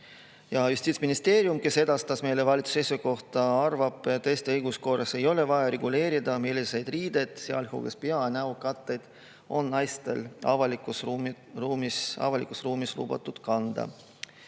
Justiitsministeerium, kes edastas meile valitsuse seisukoha, arvab, et Eesti õiguskorras ei ole vaja reguleerida, milliseid riideid, sealhulgas pea- ja näokatteid, on naistel avalikus ruumis lubatud kanda.